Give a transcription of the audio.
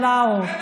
העולם לא הפקר.